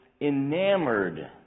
enamored